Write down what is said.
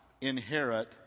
inherit